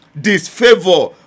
disfavor